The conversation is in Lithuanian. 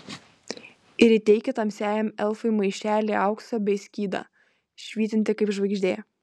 ir įteikė tamsiajam elfui maišelį aukso bei skydą švytintį kaip žvaigždė